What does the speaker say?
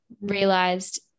realized